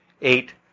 eight